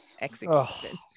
Execution